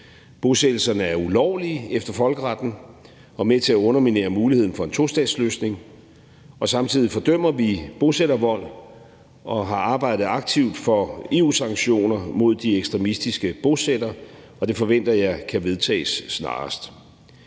Bosættelserne er ulovlige efter folkeretten og er med til at underminere muligheden for en tostatsløsning. Samtidig fordømmer vi bosættervold og har arbejdet aktivt for EU-sanktioner mod de ekstremistiske bosættere, og det forventer jeg kan vedtages snarest.